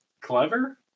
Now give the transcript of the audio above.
Clever